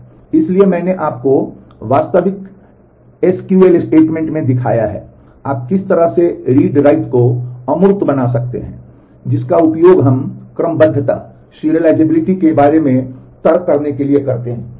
इसलिए मैंने आपको वास्तविक एसक्यूएल स्टेटमेंट से दिखाया है आप किस तरह से read write को अमूर्त बना सकते हैं जिसका उपयोग हम क्रमबद्धता के बारे में तर्क करने के लिए करते हैं